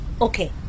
Okay